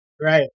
Right